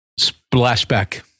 Splashback